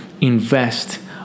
invest